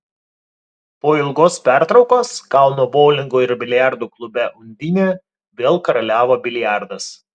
po ilgos pertraukos kauno boulingo ir biliardo klube undinė vėl karaliavo biliardas